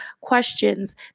questions